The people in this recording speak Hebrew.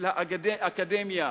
של האקדמיה,